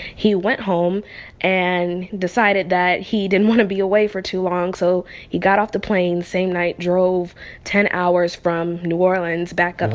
he went home and decided that he didn't want to be away for too long, so he got off the plane the same night, drove ten hours from new orleans back ah up